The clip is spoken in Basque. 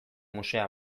museoa